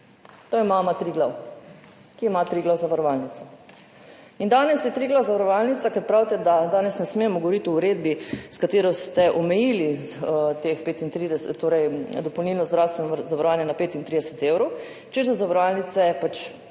To je mama Triglav, ki ima Triglav zavarovalnico. In danes je Triglav zavarovalnica. Ker pravite, da danes ne smemo govoriti o uredbi, s katero ste omejili dopolnilno zdravstveno zavarovanje na 35 evrov, češ da za zavarovalnice pač